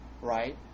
right